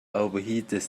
overheated